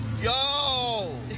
yo